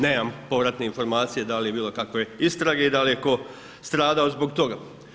Nemam povratne informacije da li je bilo kakve istrage i da li je tko stradao zbog toga.